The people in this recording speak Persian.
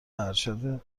ارشد